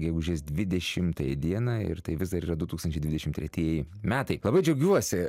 gegužės dvidešimtąją dieną ir tai vis dar yra du tūkstančiai dvidešim tretieji metai labai džiaugiuosi